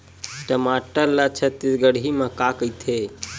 टमाटर ला छत्तीसगढ़ी मा का कइथे?